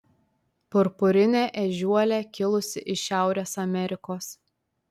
purpurinė ežiuolė kilusi iš šiaurės amerikos